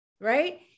Right